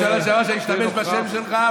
על זה שאני משתמש בשם שלך,